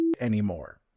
anymore